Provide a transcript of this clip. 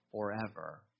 forever